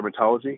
dermatology